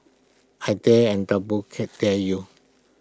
I dare and double dare you